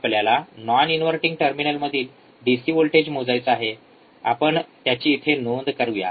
आपल्याला non inverting टर्मिनलमधील DC voltage मोजायचा आहे आपण त्याची इथे नोंद करूया